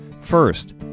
First